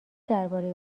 درباره